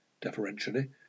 deferentially